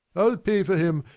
i'll pay for him.